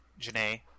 Janae